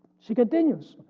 she continues.